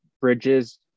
Bridges